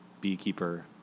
beekeeper